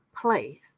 place